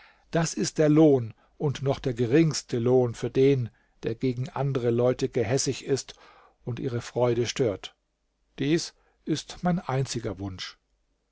das ist der lohn und noch der geringste lohn für den der gegen andere leute gehässig ist und ihre freude stört dies ist mein einziger wunsch